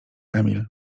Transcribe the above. emil